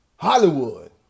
Hollywood